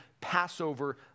Passover